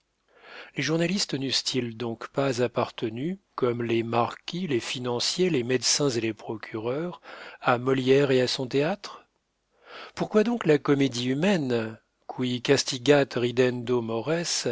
les journalistes n'eussent-ils donc pas appartenu comme les marquis les financiers les médecins et les procureurs à molière et à son théâtre pourquoi donc la comédie humaine qui castigat ridendo mores